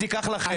היא תיקח לכם.